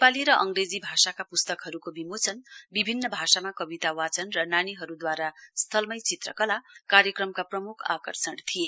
नेपाली र अंग्रेजी भाषाका पुस्तकहरुको विमोचन विभिन्न भाषामा कवितावाचन र नानीहरुदूवारा स्थलमै चित्रकला आजको कार्यक्रमका प्रमुख आकर्षण थिए